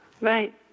Right